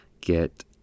get